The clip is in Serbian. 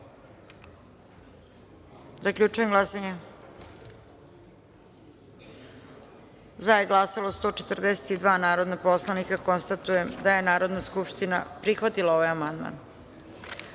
izjasne. Zaključujem glasanje: za je glasalo 142 narodna poslanika. Konstatujem da je Narodna skupština prihvatila amandman. Na